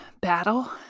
battle